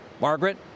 Margaret